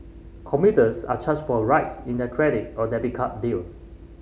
commuters are charged for rides in their credit or debit card bill